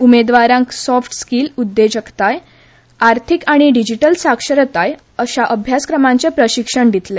उमेदवारांक soft skill उद्देजकताय अर्थीक आनी डिजिटल साक्षरताय अशा अभ्यासक्रमांचे प्रशिक्षणय दितले